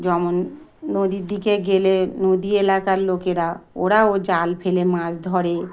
যেমন নদীর দিকে গেলে নদী এলাকার লোকেরা ওরাও জাল ফেলে মাছ ধরে